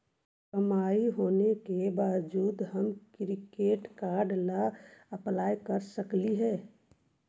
कम कमाई होने के बाबजूद हम क्रेडिट कार्ड ला अप्लाई कर सकली हे?